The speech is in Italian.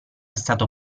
stato